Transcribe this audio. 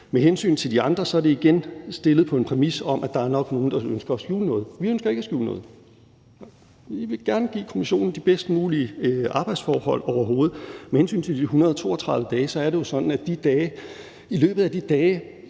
Med hensyn til det andet er det igen stillet på en præmis om, at der nok er nogle, der ønsker at skjule noget. Vi ønsker ikke at skjule noget. Vi vil gerne give kommissionen de bedst mulige arbejdsforhold overhovedet. Med hensyn til de 132 dage er det jo sådan, at man i løbet af de dage